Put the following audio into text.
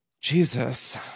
Jesus